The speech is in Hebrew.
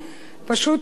פשוט,